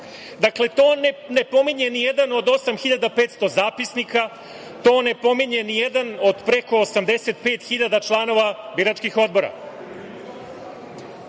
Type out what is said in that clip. kutije. Dakle, to ne pominje ni jedan od 8.500 zapisnika, to ne pominje ni jedan od preko 85.000 članova biračkih odbora.